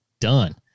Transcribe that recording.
done